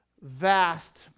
vast